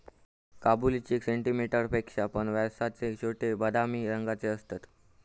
काबुली चणे सेंटीमीटर पेक्षा पण व्यासाचे छोटे, बदामी रंगाचे असतत